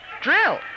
Drill